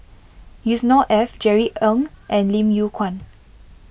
Yusnor Ef Jerry Ng and Lim Yew Kuan